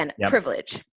privilege